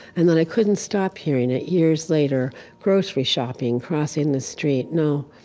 and that i couldn't stop hearing it years later grocery shopping, crossing the street no,